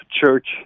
church